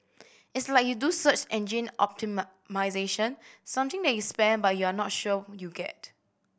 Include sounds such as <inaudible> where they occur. it's like you do search engine <unintelligible> something that you spend but you're not sure you get